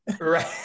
Right